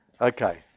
Okay